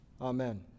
Amen